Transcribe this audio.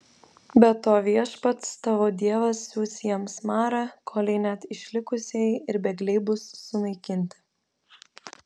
be to viešpats tavo dievas siųs jiems marą kolei net išlikusieji ir bėgliai bus sunaikinti